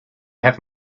have